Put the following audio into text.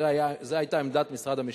זו היתה עמדת משרד המשפטים.